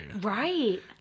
Right